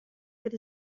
good